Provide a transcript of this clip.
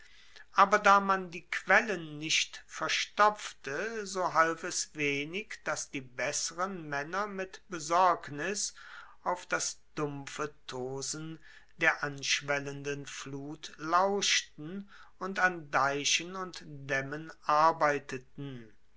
aber da man die quellen nicht verstopfte so half es wenig dass die besseren maenner mit besorgnis auf das dumpfe tosen der anschwellenden flut lauschten und an deichen und daemmen arbeiteten